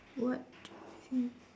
what has